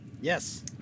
Yes